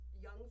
young